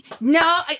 no